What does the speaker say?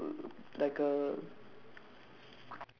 then beside it is uh like uh